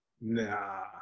Nah